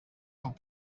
amb